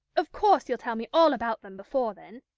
of course you'll tell me all about them before then.